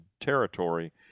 territory